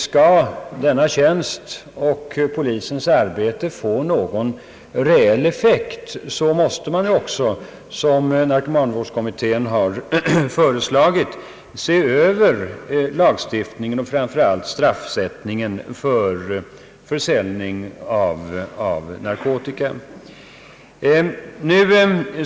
Skall denna tjänst och polisens arbete emellertid få någon reell effekt måste man också, som narkomanvårdskommittén har föreslagit, se över lagstiftningen och framför allt straffsättningen för försäljning av narkotika.